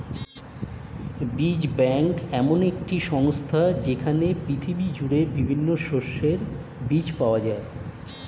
বীজ ব্যাংক এমন একটি সংস্থা যেইখানে পৃথিবী জুড়ে বিভিন্ন শস্যের বীজ পাওয়া যায়